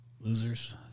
Losers